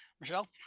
Michelle